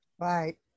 Right